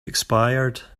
expired